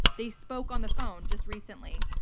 they spoke on the phone just recently.